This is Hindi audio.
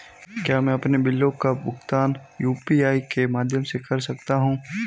क्या मैं अपने बिलों का भुगतान यू.पी.आई के माध्यम से कर सकता हूँ?